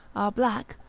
are black,